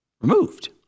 removed